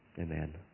Amen